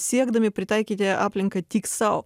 siekdami pritaikyti aplinką tik sau